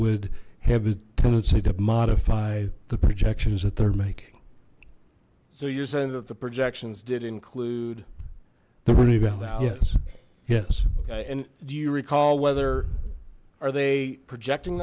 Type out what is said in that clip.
would have a tendency to modify the projections that they're making so you're saying that the projections did include the ravello yes yes okay and do you recall whether are they projecting